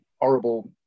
horrible